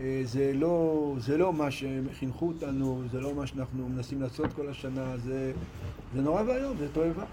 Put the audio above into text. אה... זה לא... זה לא מה שהם חינכו אותנו, זה לא מה שאנחנו מנסים לעשות כל השנה, זה... זה נורא ואיום, זה תועבה.